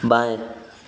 बाएँ